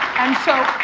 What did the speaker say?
and so,